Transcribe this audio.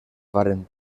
varen